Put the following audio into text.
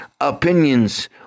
opinions